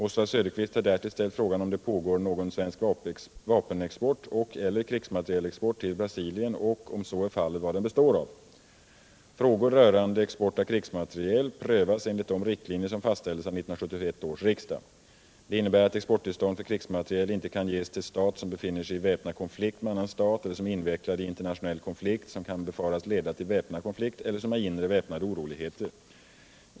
Oswald Söderqvist har därtill ställt frågan om det pågår någon svensk vapenexport och/eller krigsmaterielexport till Brasilien och, om så är fallet, vad den består av. Frågor rörande export av krigsmateriel prövas enligt de riktlinjer som fastställdes av 1971 års riksdag. Det innebär att exporttillstånd för krigsmateriel inte kan ges till stat som befinner sig i väpnad konflikt med annan stat eller som är invecklad i internationell konflikt, som kan befaras leda till väpnad konflikt, eller som har inre väpnade oroligheter.